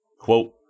Quote